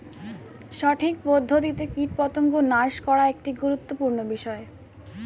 সঠিক পদ্ধতিতে কীটপতঙ্গ নাশ করা একটি গুরুত্বপূর্ণ বিষয়